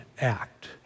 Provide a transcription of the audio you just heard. act